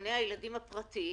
גני הילדים הפרטיים